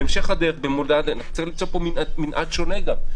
בהמשך הדרך צריך למצוא פה מנעד שונה גם,